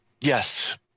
Yes